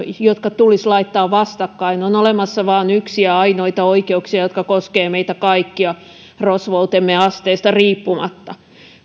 jotka tulisi laittaa vastakkain on olemassa vain yksiä ja ainoita oikeuksia jotka koskevat meitä kaikkia rosvoutemme asteesta riippumatta